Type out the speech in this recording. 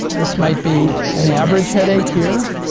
this might be an average headache here.